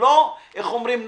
איך אומרים,